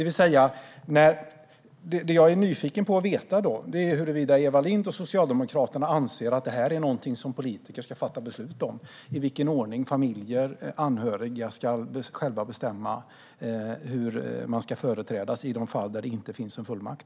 Vad jag är nyfiken på att få veta är huruvida Eva Lindh och Socialdemokraterna anser att det är politiker som ska fatta beslut om i vilken ordning familjer och anhöriga själva får bestämma hur de ska företrädas i de fall där det inte finns någon fullmakt.